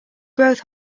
growth